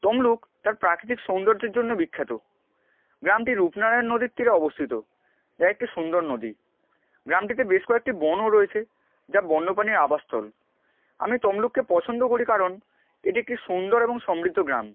তমলুক তার প্রাকৃতিক সৌন্দর্যের জন্য বিখ্যাত গ্রামটি রূপনারায়ণ নদীর তীরে অবস্থিত যা একটি সুন্দর নদী গ্রামটিতে বেশ কয়েকটি বনও রয়েছে যা বন্য পাণীর আবাসস্থল আমি তমলুককে পছন্দ করি কারণ এটি একটি সুন্দর এবং সমৃদ্ধ গ্রাম